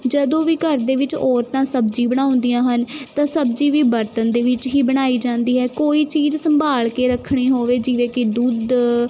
ਜਦੋਂ ਵੀ ਘਰ ਦੇ ਵਿੱਚ ਔਰਤਾਂ ਸਬਜ਼ੀ ਬਣਾਉਂਦੀਆਂ ਹਨ ਤਾਂ ਸਬਜ਼ੀ ਵੀ ਬਰਤਨ ਦੇ ਵਿੱਚ ਹੀ ਬਣਾਈ ਜਾਂਦੀ ਹੈ ਕੋਈ ਚੀਜ਼ ਸੰਭਾਲ ਕੇ ਰੱਖਣੀ ਹੋਵੇ ਜਿਵੇਂ ਕਿ ਦੁੱਧ